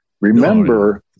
remember